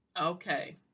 Okay